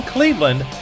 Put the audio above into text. Cleveland